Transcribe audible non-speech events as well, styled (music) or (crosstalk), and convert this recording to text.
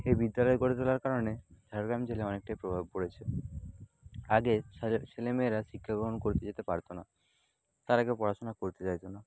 এই বিদ্যালয় গড়ে তোলার কারণে ঝাড়গ্রাম জেলায় অনেকটাই প্রভাব পড়েছে আগে (unintelligible) ছেলে মেয়েরা শিক্ষাগ্রহণ করতে যেতে পারতো না তারা কেউ পড়াশুনা করতে চাইতো না